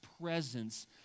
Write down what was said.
presence